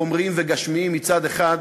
חומריים וגשמיים מצד אחד,